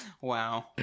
Wow